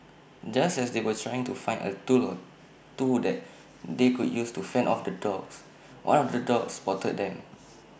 just as they were trying to find A tool or two that they could use to fend off the dogs one of the dogs spotted them